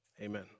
Amen